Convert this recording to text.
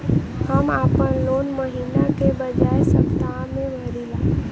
हम आपन लोन महिना के बजाय सप्ताह में भरीला